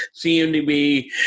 CMDB